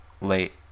late